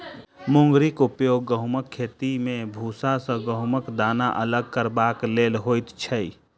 मुंगरीक उपयोग गहुमक खेती मे भूसा सॅ गहुमक दाना अलग करबाक लेल होइत छै